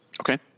Okay